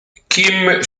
kim